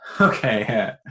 Okay